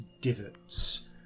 divots